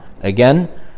Again